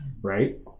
right